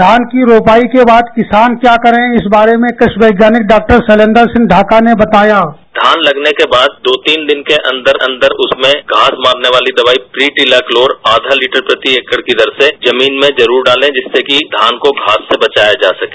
धान की रोपाई के बाद किसान क्या करें इस बारे में कृषि वैज्ञानिक बॉ शैलेंद्र सिंह बाका ने बताय धान लगाने के बाद दो तीन दिन के अंदर अंदर उसमें घास मारने वाली दवाई ट्री ट्रीला क्लोर आया लीटर प्रति एकड़ की दर से जमीन में जरूर डालें जिससे कि धान को घास से बचाया जा सके